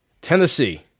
Tennessee